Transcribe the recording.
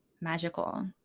magical